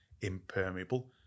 impermeable